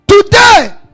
Today